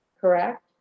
correct